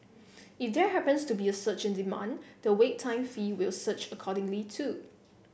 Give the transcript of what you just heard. if there happens to be a surge in demand the wait time fee will surge accordingly too